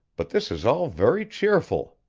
but this is all very cheerful!